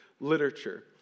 literature